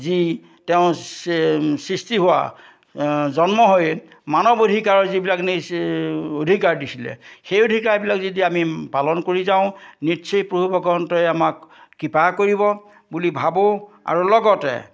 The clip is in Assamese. যি তেওঁ সৃষ্টি হোৱা জন্ম হৈয়ে মানৱ অধিকাৰ যিবিলাক নিছে অধিকাৰ দিছিলে সেই অধিকাৰবিলাক যদি আমি পালন কৰি যাওঁ নিশ্চয় প্ৰভূ ভগৱন্তই আমাক কৃপা কৰিব বুলি ভাবোঁ আৰু লগতে